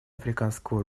африканского